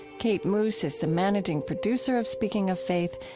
kate moos is the managing producer of speaking of faith,